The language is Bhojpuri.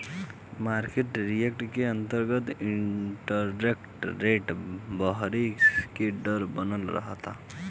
मारकेट रिस्क के अंतरगत इंटरेस्ट रेट बरहे के डर बनल रहता